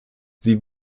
sie